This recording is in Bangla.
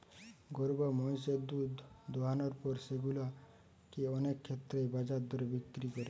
গরু বা মহিষের দুধ দোহানোর পর সেগুলা কে অনেক ক্ষেত্রেই বাজার দরে বিক্রি করে